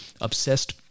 obsessed